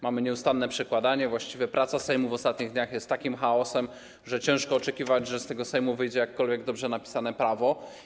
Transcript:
Mamy nieustanne przekładanie, właściwie praca Sejmu w ostatnich dniach jest takim chaosem, że ciężko oczekiwać, że z tego Sejmu wyjdzie jakkolwiek dobrze napisane prawo.